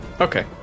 Okay